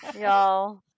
Y'all